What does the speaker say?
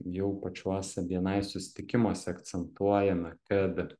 jau pačiuose bni susitikimuose akcentuojame kad